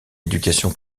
éducation